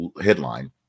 headline